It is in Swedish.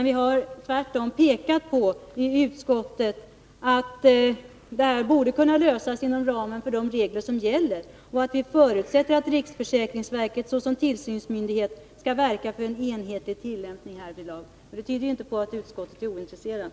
Vi har tvärtom pekat på att frågan borde kunna lösas inom ramen för de regler som gäller och att vi förutsätter att riksförsäkringsverket såsom tillsynsmyndighet skall verka för en enhetlig tillämpning. Det tyder inte på att utskottet är ointresserat.